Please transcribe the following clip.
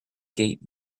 gate